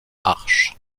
arche